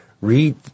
read